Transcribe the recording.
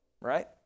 right